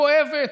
כואבת,